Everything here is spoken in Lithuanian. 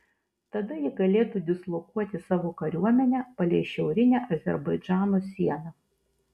tada ji galėtų dislokuoti savo kariuomenę palei šiaurinę azerbaidžano sieną